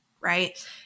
right